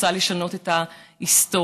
רוצה לשנות את ההיסטוריה,